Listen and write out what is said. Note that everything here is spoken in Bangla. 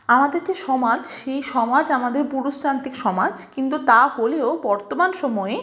আমাদের যে সমাজ সেই সমাজ আমাদের পুরুষতান্ত্রিক সমাজ কিন্তু তা হলেও বর্তমান সময়ে